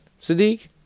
Sadiq